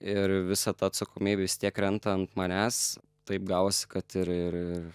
ir visa ta atsakomybė vistiek krenta ant manęs taip gavosi kad ir ir